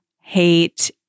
hate